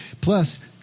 Plus